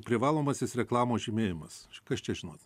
privalomasis reklamos žymėjimas kas čia žinot